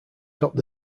topped